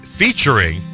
featuring